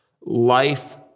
life